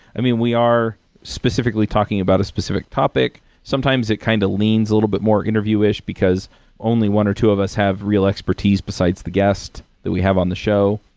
i mean, we are specifically talking about a specific topic. sometimes it kind of leans a little bit more interview-ish, because only one or two of us have real expertise besides the guest that we have on the show.